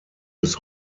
bis